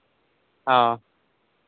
ᱦᱮᱸ